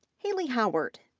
hailea howard,